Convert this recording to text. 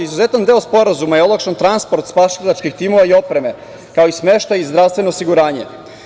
Izuzetan deo sporazuma je olakšan transport spasilačkih timova i opreme, kao i smeštaj i zdravstveno osiguranje.